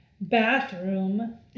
bathroom